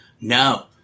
No